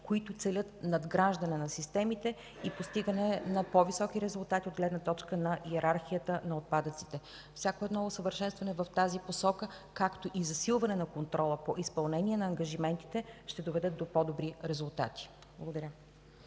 които целят надграждане на системите и постигане на по-високи резултати от гледна точка на йерархията на отпадъците. Всяко едно усъвършенстване в тази посока, както и засилване на контрола по изпълнение на ангажиментите, ще доведат до по-добри резултати. Благодаря.